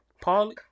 Paul